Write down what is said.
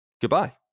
goodbye